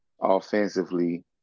offensively